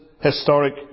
historic